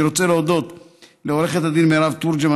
אני רוצה להודות לעורכת הדין מירב תורג'מן